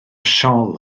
siôl